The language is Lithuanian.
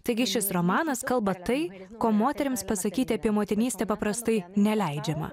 taigi šis romanas kalba tai ko moterims pasakyti apie motinystę paprastai neleidžiama